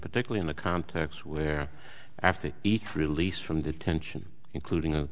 particularly in a context where after each released from detention including